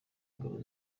ingabo